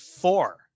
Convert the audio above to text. four